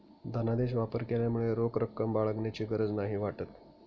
धनादेश वापर केल्यामुळे रोख रक्कम बाळगण्याची गरज नाही वाटत